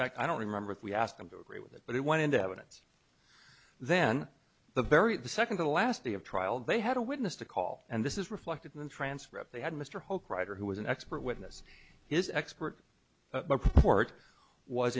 fact i don't remember if we asked them to agree with it but it went into evidence then the bury the second to last day of trial they had a witness to call and this is reflected in the transcript they had mr hoke writer who was an expert witness his expert court was